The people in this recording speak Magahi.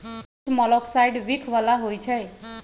कुछ मोलॉक्साइड्स विख बला होइ छइ